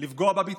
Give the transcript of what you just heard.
וכמובן,